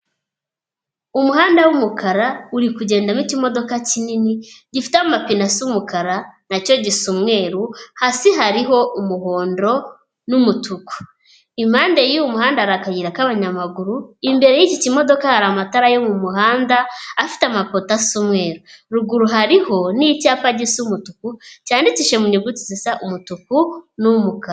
Umuhanda w'umukara uri kugendamo ikimodoka kinini, gifite amapine asa umukara, na cyo gisa umweru, hasi hariho umuhondo n'umutuku. Impande y'uwo muhanda hari akayira k'abanyamaguru, imbere y'iki kimodoka hari amatara yo mu muhanda, afite amapoto asa umweruru. Ruguru hariho n'icyapa gisa umutuku, cyandikishije mu nyuguti zisa umutuku n'umukara.